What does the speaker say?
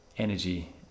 Energy